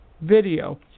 video